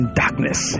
darkness